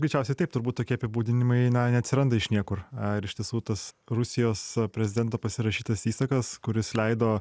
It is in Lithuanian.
greičiausiai taip turbūt tokie apibūdinimai na neatsiranda iš niekur ar iš tiesų tas rusijos prezidento pasirašytas įsakas kuris leido